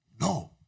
no